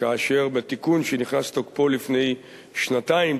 כאשר בתיקון שנכנס לתוקפו לפני שנתיים,